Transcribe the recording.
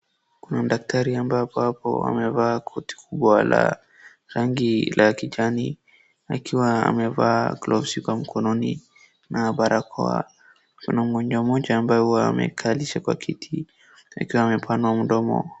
Kuna daktari ambaye ako hapo amevaa koti kubwa la rangi la kijani akiwa amevaa gloves kwa mkononi na barakoa. Kuna mgonjwa mmoja ambaye huwa amekalisha kwa kiti akiwa amepanua mdomo.